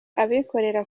abikorera